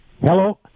Hello